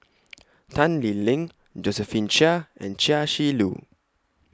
Tan Lee Leng Josephine Chia and Chia Shi Lu